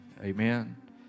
Amen